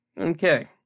okay